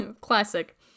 Classic